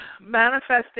manifesting